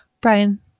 Brian